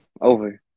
over